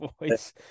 voice